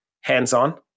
hands-on